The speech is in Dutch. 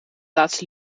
laatste